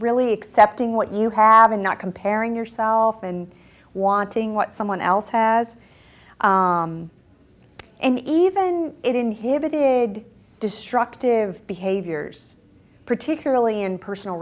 really accepting what you have and not comparing yourself and wanting what someone else has and even it inhibited destructive behaviors particularly in personal